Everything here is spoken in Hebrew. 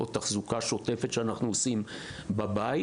או תחזוקה שוטפת שאנחנו עושים בבית.